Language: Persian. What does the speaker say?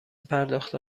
پرداخت